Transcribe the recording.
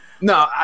No